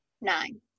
nine